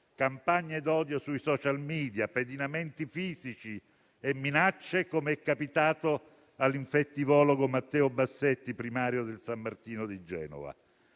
Campagne di odio sui *social media*, pedinamenti fisici e minacce, come capitato all'infettivologo Matteo Bassetti, primario del San Martino di Genova.